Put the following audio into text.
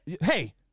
hey